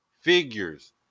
figures